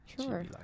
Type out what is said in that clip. sure